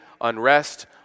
unrest